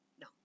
No